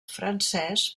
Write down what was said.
francès